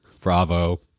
Bravo